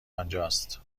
آنجاست